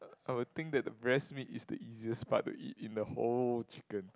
I will think that the breast meat is the easiest part to eat in the whole chicken